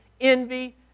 envy